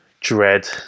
dread